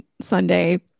Sunday